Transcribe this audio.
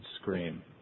scream